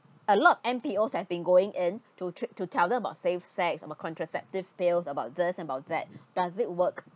a lot N_P_O has been going in to tr~ to tell them about safe sex a contraceptive pills about this about that does it work